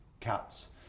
cuts